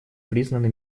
признаны